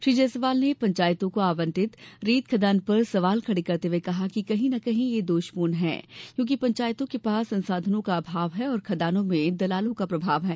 श्री जायसवाल ने पंचायतों को आवंटित रेत खदान पर सवाल खड़े करते हुये कहा कि कहीं न कहीं ये दोष पूर्ण हैं क्योंकि पंचायतों के पास संसाधनों का अभाव है और खदानों में दलालों का प्रभाव है